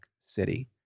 city